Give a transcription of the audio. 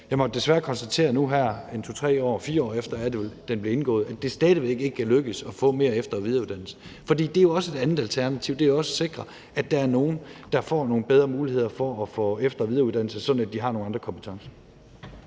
Jeg må desværre konstatere nu her, at 2, 3, 4 år efter, er det vel, at den blev indgået, er det stadig væk ikke lykkedes at få mere efter- og videreuddannelse. For det er jo også et andet alternativ at sikre, at der er nogle, der får nogle bedre muligheder for at få efter- og videreuddannelse, sådan at de har nogle andre kompetencer.